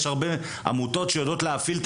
יש הרבה עמותות שיודעות להפעיל את